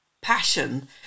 passion